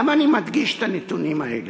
למה אני מדגיש את הנתונים האלה?